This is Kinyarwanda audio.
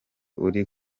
uri